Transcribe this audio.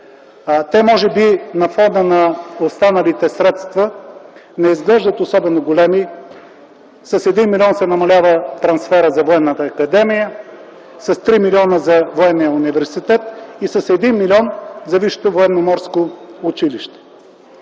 Те може би на фона на останалите средства не изглеждат особено големи – с 1 милион се намалява трансферът за Военната академия, с 3 милиона – за Военния университет, и с 1 милион – за Висшето